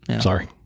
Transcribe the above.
Sorry